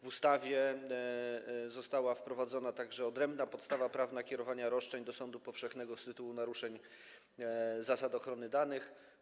W ustawie została wprowadzona także odrębna podstawa prawna kierowania roszczeń do sądu powszechnego z tytułu naruszeń zasad ochrony danych.